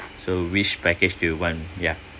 so which package do you want ya